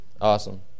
Awesome